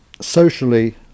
socially